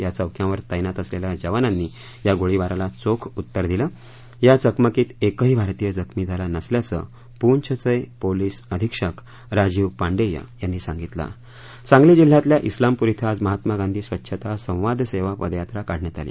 या चौक्यांवर तैनात असलेल्या जवानांनी या गोळीबारांला चोख उत्तर दिलं या चकमकीत एकही भारतीय जखमी झाला नसल्याचे प्रंछचे पोलीस अधिक्षक राजीव पांडेय यांनी सांगितलं सांगली जिल्ह्यातल्या स्लामपूर छिं आज महात्मा गांधी स्वच्छता संवाद सेवा पदयात्रा काढण्यात आली